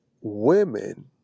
women